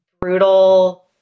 brutal